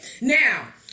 now